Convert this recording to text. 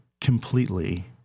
completely